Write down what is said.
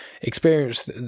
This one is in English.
experience